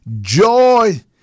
Joy